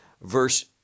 verse